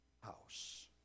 house